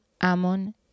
Ammon